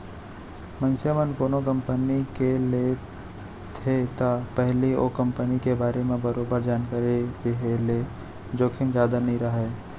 मनसे मन कोनो कंपनी के लेथे त पहिली ओ कंपनी के बारे म बरोबर जानकारी रेहे ले जोखिम जादा नइ राहय